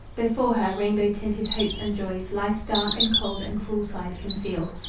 before her, rainbow-tinted hopes and joys, life's dark and cold and cruel side concealed,